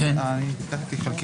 --- סעיף 1 לחוק,